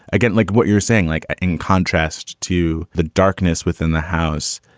i get like what you're saying, like ah in contrast to the darkness within the house.